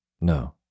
No